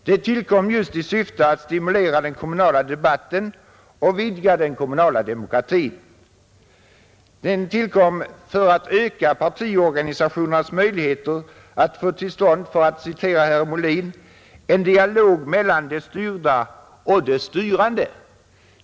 Det tillkom just i syfte att stimulera den kommunala debatten och vidga den kommunala demokratin, Det tillkom för att öka partiorganisationernas möjligheter att få till stånd, för att citera herr Molin, ”en dialog mellan de styrda och de styrande”.